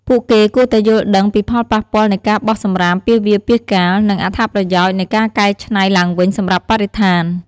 ពួកគេគួរតែយល់ដឹងពីផលប៉ះពាល់នៃការបោះសំរាមពាសវាលពាសកាល និងអត្ថប្រយោជន៍នៃការកែច្នៃឡើងវិញសម្រាប់បរិស្ថាន។